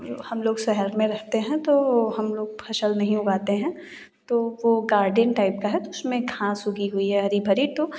हम लोग शहर में रहते हैं तो हम लोग फसल नहीं उगाते हैं तो वह गार्डन टाइप का है उसमें घास उगी हुई है हरी भरी तो